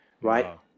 right